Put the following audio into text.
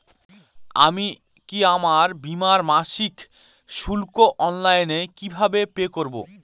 আমি কি আমার বীমার মাসিক শুল্ক অনলাইনে কিভাবে পে করব?